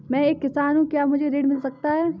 मैं एक किसान हूँ क्या मुझे ऋण मिल सकता है?